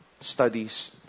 studies